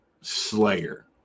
Slayer